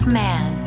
man